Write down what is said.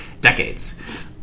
decades